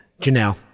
Janelle